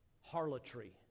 harlotry